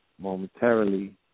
momentarily